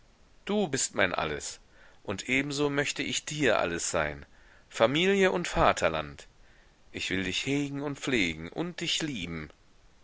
du bist mein alles und ebenso möchte ich dir alles sein familie und vaterland ich will dich hegen und pflegen und dich lieben